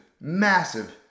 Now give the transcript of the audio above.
massive